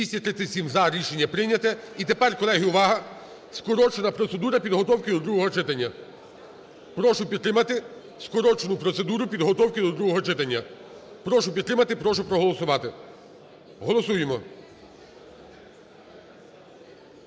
За-237 Рішення прийняте. І тепер, колеги, увага скорочена процедура підготовки до другого читання. Прошу підтримати скорочену процедуру підготовки до другого читання. Прошу підтримати. Прошу проголосувати. Голосуємо.